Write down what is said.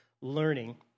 learning